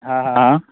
હા હા હા